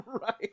Right